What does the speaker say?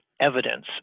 evidence